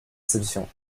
exception